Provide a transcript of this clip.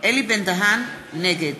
נגד